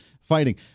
fighting